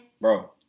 Bro